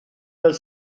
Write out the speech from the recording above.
del